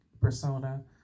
persona